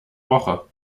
woche